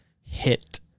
hit